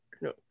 No